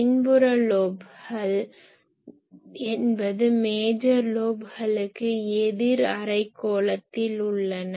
பின்புற லோப்கள் என்பது மேஜர் லோப்களுக்கு எதிர் அரைக்கோளத்தில் உள்ளன